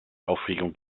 aufregung